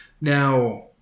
Now